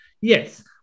Yes